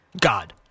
God